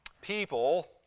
people